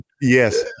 Yes